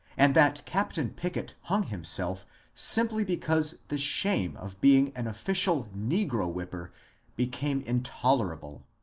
and that captain pickett hung himself simply because the shame of being an official negro-whipper became intoler able.